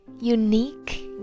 unique